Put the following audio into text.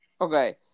okay